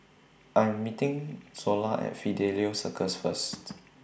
I'm meeting Zola At Fidelio Circus First